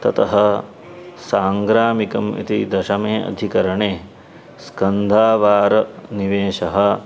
ततः साङ्ग्रामिकम् इति दशमे अधिकरणे स्कन्धावारनिवेशः